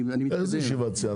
איזו ישיבת סיעה?